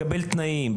לקבל תנאים,